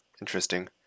Interesting